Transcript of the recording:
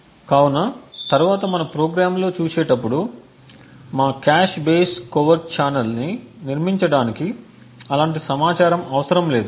కాబట్టి తరువాత మన ప్రోగ్రామ్లలో చూసేటప్పుడు మా కాష్ బేస్ కోవర్ట్ ఛానెల్ని నిర్మించడానికి అలాంటి సమాచారం అవసరం లేదు